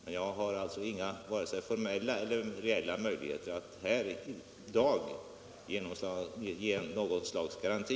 Men jag har inga vare sig formella eller reella möjligheter att i dag ge någon garanti.